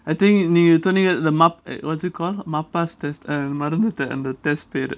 I think the ma~ eh what's it called MAPAS test மறந்துட்டேன்:maranthuten and the test பேரு:peru